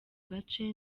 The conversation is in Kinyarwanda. gace